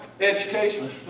education